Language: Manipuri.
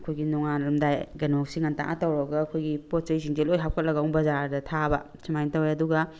ꯑꯩꯈꯣꯏꯒꯤ ꯅꯣꯡꯉꯥꯜꯂꯝꯗꯥꯏ ꯀꯩꯅꯣꯁꯤ ꯉꯟꯇꯥ ꯇꯧꯔꯒ ꯑꯩꯈꯣꯏꯒꯤ ꯄꯣꯠ ꯆꯩꯁꯤꯡꯁꯦ ꯂꯣꯏ ꯍꯥꯞꯀꯠꯂꯒ ꯑꯃꯨꯛ ꯕꯖꯥꯔꯗ ꯊꯥꯕ ꯁꯨꯃꯥꯏꯅ ꯇꯧꯋꯦ ꯑꯗꯨꯒ